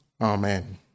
Amen